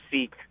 seek